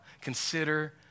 consider